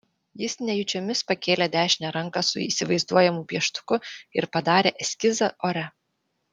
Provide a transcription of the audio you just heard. jis nejučiomis pakėlė dešinę ranką su įsivaizduojamu pieštuku ir padarė eskizą ore